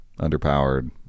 underpowered